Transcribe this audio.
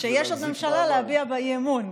שיש עוד ממשלה להביע בה אי-אמון,